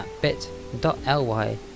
bit.ly